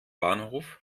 bahnhof